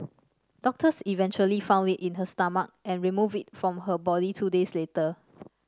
doctors eventually found it in her stomach and removed it from her body two days later